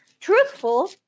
truthful